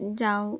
جاؤ